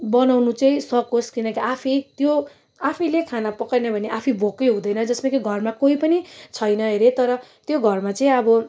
बनाउनु चाहिँ सकोस् किनकि आफै त्यो आफैले खाना पकाएन भने आफैल भोकै हुँदैन जस्तो कि घोरमा कोही पनि छैन अरे तर त्यो घरमा चाहिँ अब